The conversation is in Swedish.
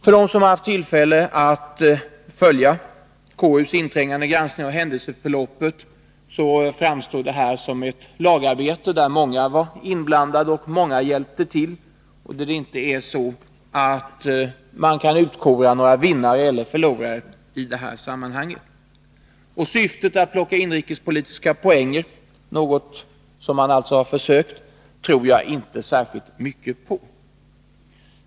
För dem som har haft tillfälle att följa KU:s inträngande granskning av händelseförloppet framstår detta som ett lagarbete där många var inblandade och många hjälpte till, och man kan i det sammanhanget inte utkora några vinnare eller förlorare. Syftet med att på det sättet försöka ta åt sig äran har naturligtvis varit att plocka inrikespolitiska poänger, något som man enligt opinionsundersökningarna inte har lyckats särskilt väl med.